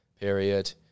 period